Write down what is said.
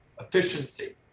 efficiency